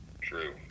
True